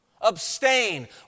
Abstain